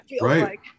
Right